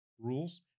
rules